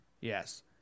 Yes